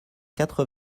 quatre